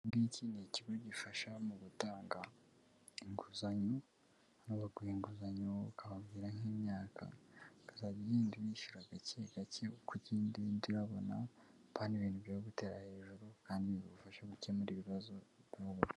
Iki ngiki ni ikigo gifasha mu gutanga inguzanyo hano baguha inguzanyo, ukababwirara nk'imyaka ukazajya ugenda uyishyura gake gake uko ugenda uyabona apana ibintu byo kugutera hejuru kandi bigufasha gukemura ibibazo.